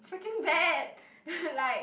freaking bad like